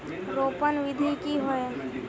रोपण विधि की होय?